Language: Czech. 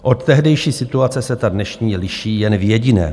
Od tehdejší situace se ta dnešní liší jen v jediném.